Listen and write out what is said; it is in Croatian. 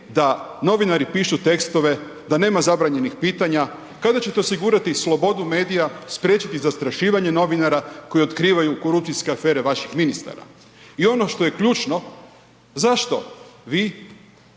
da novinari pišu tekstove, da nema zabranjenih pitanja, kada ćete osigurati slobodu medija, spriječiti zastrašivanje novinara koji otkrivaju korupcijske afere vaših ministara. I ono što je ključno, zašto vi